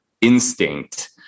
instinct